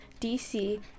DC